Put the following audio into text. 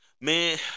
Man